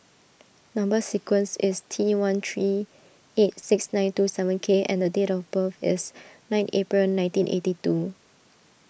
Number Sequence is T one three eight six nine two seven K and date of birth is nine April nineteen eighty two